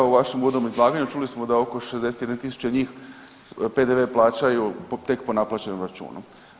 U vašem uvodnom izlaganju čuli smo da oko 61000 njih PDV plaćaju tek po naplaćenom računu.